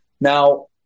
Now